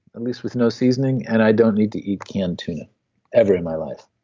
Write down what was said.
and least with no seasoning, and i don't need to eat canned tuna ever in my life